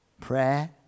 Prayer